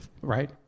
right